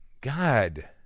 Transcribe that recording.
God